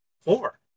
Four